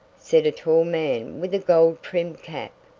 said a tall man with a gold-trimmed cap.